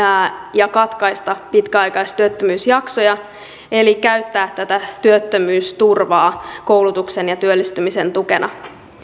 ja katkaista pitkäaikaistyöttömyysjaksoja eli käyttää tätä työttömyysturvaa koulutuksen ja työllistymisen tukena